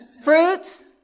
Fruits